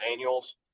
annuals